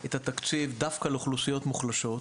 את התקציב דווקא לאוכלוסיות מוחלשות.